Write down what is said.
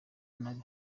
nabi